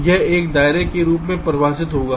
यह एक दायरे के रूप में परिभाषित होगा